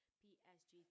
psg